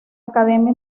academia